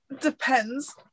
depends